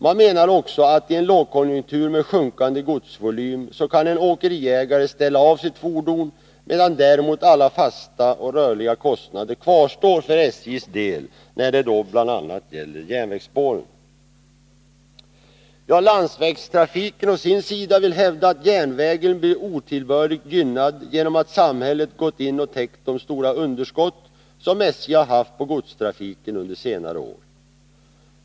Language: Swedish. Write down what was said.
Man menar också att i en lågkonjunktur med sjunkande godsvolym så kan en åkeriägare ställa av sitt fordon medan däremot alla fasta och rörliga kostnader kvarstår för SJ:s del när det gäller bl.a. järnvägsspåren. Landsvägstrafiken å sin sida vill hävda att järnvägen blir otillbörligt gynnad genom att samhället gått in och täckt de stora underskott SJ har haft på godstrafiken under senare år.